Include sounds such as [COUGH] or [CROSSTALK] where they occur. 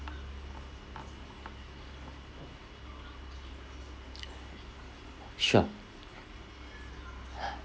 sure [BREATH]